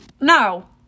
No